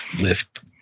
lift